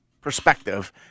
perspective